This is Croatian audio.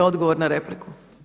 Odgovor na repliku.